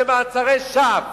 זה מעצרי שווא.